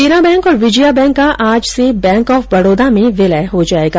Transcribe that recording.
देना बैंक और विजया बैंक का आज से बैंक ऑफ बड़ौदा में विलय हो जाएगा